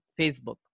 Facebook